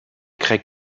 grecs